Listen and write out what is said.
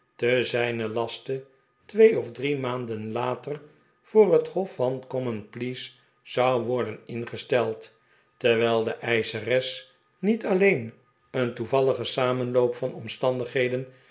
te zijnen laste twee of drie maanden later voor het hof van common pleas zou worden ingesteld terwijl de eischeres niet alleen een toevallige samenloop van omstandigheden